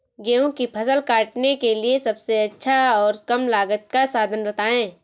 गेहूँ की फसल काटने के लिए सबसे अच्छा और कम लागत का साधन बताएं?